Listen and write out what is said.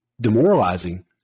demoralizing